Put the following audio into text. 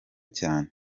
cyane